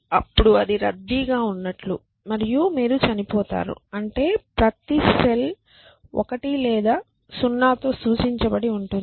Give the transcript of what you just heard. అప్పుడు అది రద్దీగా ఉన్నట్లు మరియు మీరు చనిపోతారు అంటే ప్రతి సెల్ 1 లేదా 0 తో సూచించబడి ఉంటుంది